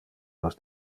nos